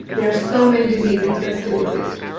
there are so many diseases that still exist.